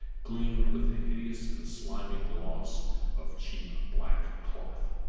gleamed with the hideous and slimy gloss of cheap black cloth.